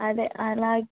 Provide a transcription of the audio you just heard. అదే అలా